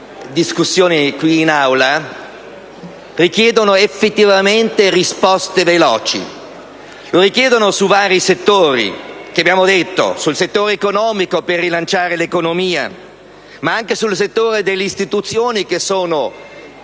recenti discussioni in quest'Aula, richiedono effettivamente risposte veloci. Le richiedono sui vari settori anzidetti: sul settore economico per rilanciare l'economia, ma anche sul settore delle istituzioni, che sono